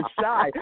shy